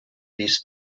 these